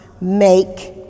make